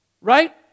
right